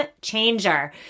changer